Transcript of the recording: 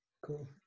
Cool